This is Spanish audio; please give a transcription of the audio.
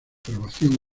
grabación